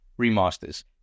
remasters